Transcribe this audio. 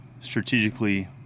strategically